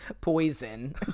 poison